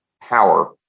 power